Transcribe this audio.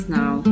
now